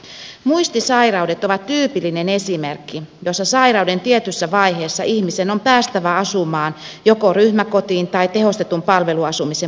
muistisairaudet ovat tyypillinen esimerkki jossa sairauden tietyssä vaiheessa ihmisen on päästävä asumaan joko ryhmäkotiin tai tehostetun palveluasumisen muistiyksikköön